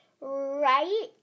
Right